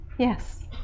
Yes